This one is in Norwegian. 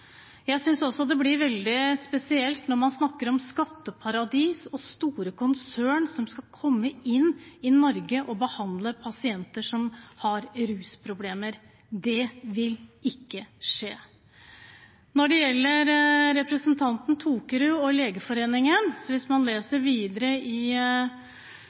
Jeg synes også det blir veldig spesielt når man snakker om skatteparadis og store konsern som skal komme inn i Norge og behandle pasienter som har rusproblemer. Det vil ikke skje. Til representanten Tokerud når det gjelder Legeforeningen: Hvis man leser videre i